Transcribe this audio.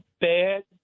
bad